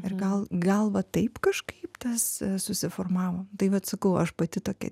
ir gal gal va taip kažkaip tas susiformavo tai vat sakau aš pati tokia